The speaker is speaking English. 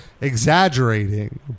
exaggerating